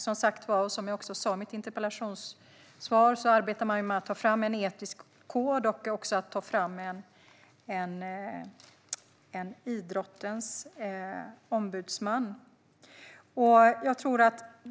Som jag också sa i mitt interpellationssvar arbetar man med att ta fram en etisk kod och att ta fram en idrottens ombudsman.